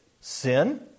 sin